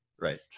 right